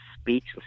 speechless